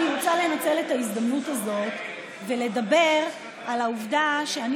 אני רוצה לנצל את ההזדמנות הזאת ולדבר על העובדה שאני